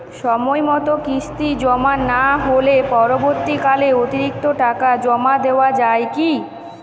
সময় মতো কিস্তি জমা না হলে পরবর্তীকালে অতিরিক্ত টাকা জমা দেওয়া য়ায় কি?